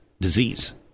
disease